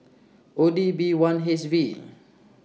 O D B one H V